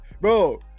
Bro